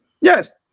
Yes